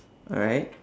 alright